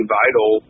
vital